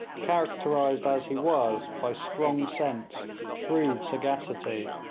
characterised as he was by strong sense, shrewd sagacity,